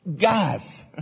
Guys